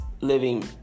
Living